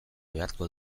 beharko